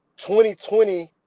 2020